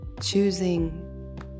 choosing